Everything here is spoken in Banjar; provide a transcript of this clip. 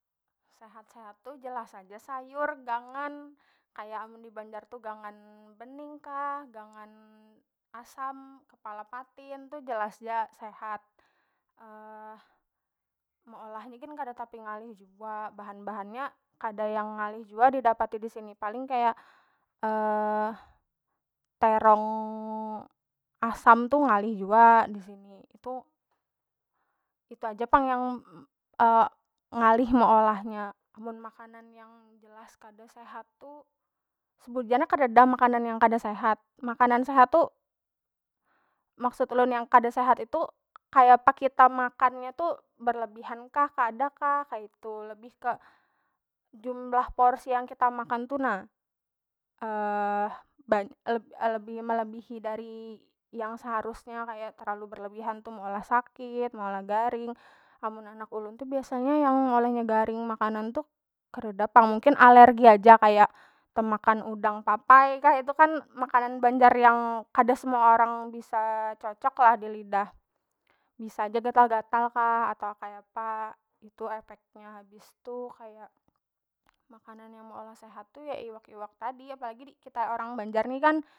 Sehat- sehat tu jelas haja sayur gangan kaya amun di banjar tu gangan bening kah gangan asam kepala patin jelas ja sehat, meolah nya gin kada tapi ngalih jua bahan- bahannya kada yang ngalih jua didapati disini paling kaya terong asam tu ngalih jua disini itu, itu aja pang yang ngalih meolahnya mun makanan yang jelas kada sehat tu sebujurnya kadada makanan yang kada sehat, makanan sehat tu maksud ulun yang kada sehat itu kaya apa kita makan nya tu berlebihan kah kada kah kaitu lebih kek jumlah porsi yang kita makan tu na lebih melebihi dari yang seharusnya kaya terlalu berlebihan tu meolah sakit meolah garing amun anak ulun tu biasanya yang oleh nya garing makanan tu kareda pang mungkin alergi aja kaya temakan udang papai kah itu kan makanan banjar yang semua orang bisa cocok lah dilidah bisa ja gatal- gatal kah atau kaya apa itu efek nya. Habis tu kaya makanan yang meolah sehat tu ya iwak- iwak tadi apalagi di kita orang banjar ni kan.